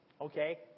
Okay